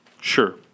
Sure